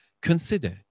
Consider